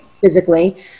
physically